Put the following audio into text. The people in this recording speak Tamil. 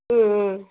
ம்ம்